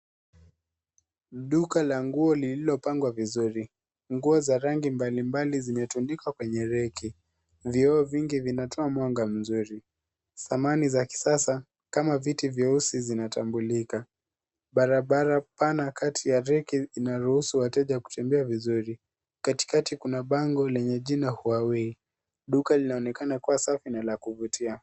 Ni duka la nguo lililopangwa vizuri. Nguo za rangi mbalimbali zimetundikwa kwenye reki. Vioo vingi vinatoa mwanga mzuri. Samani za kisasa kama viti vyeusi zinatambulika. Barabara pana kati ya reki inaruhusu wateja kutembea vizuri. Katikati kuna bango lenye jina Huawei. Duka linaonekana kuwa safi na la kuvutia.